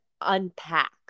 unpack